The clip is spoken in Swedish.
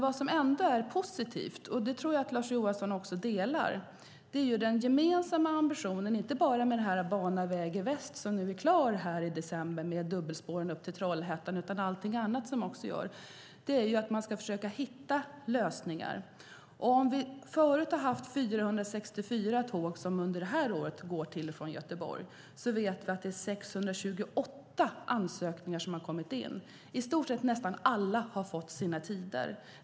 Vad som ändå är positivt - det tror jag att Lars Johansson håller med om - är den gemensamma ambitionen, inte bara Bana väg i Väst som blir klar i december med dubbelspår upp till Trollhättan och allting annat som görs, att man ska försöka hitta lösningar. Vi har förut under det här året haft 464 tåg till och från Göteborg. Nu vet vi att det är 628 ansökningar som har kommit in. I stort sett alla har fått sina tider.